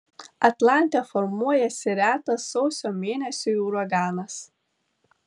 atlante formuojasi retas sausio mėnesiui uraganas